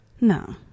No